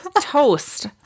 Toast